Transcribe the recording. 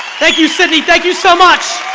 thank you sydney, thank you so much